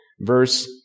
verse